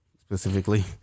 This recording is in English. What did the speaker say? specifically